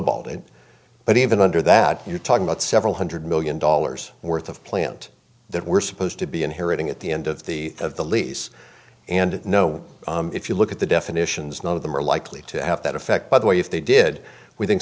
it but even under that you're talking about several hundred million dollars worth of plant that we're supposed to be inheriting at the end of the of the lease and no if you look at the definitions none of them are likely to have that effect by the way if they did we think